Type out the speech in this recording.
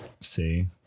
See